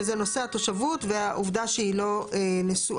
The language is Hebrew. שזה נושא התושבות והועבד שהיא לא נשואה.